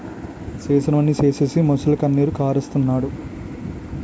చేసినవన్నీ సేసీసి మొసలికన్నీరు కారస్తన్నాడు